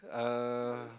uh